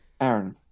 Aaron